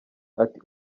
ati